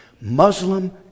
Muslim